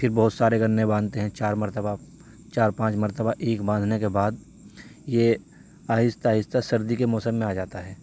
پھر بہت سارے گنے باندھتے ہیں چار مرتبہ چار پانچ مرتبہ ایکھ باندھنے کے بعد یہ آہستہ آہستہ سردی کے موسم میں آ جاتا ہے